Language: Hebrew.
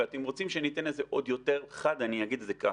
ואם אתם רוצים שאני אתן את זה עוד יותר חד אני אגיד את זה ככה: